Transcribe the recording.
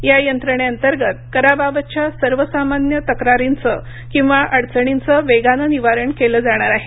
या यंत्रणे अंतर्गत कराबाबतच्या सर्व सामान्य तक्रारींचं किंवा अडचणींचं वेगानं निवारण केलं जाणार आहे